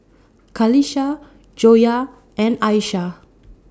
Qalisha Joyah and Aishah